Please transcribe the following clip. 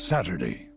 Saturday